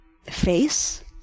face